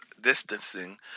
distancing